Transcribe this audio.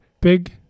big